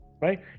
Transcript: Right